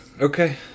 Okay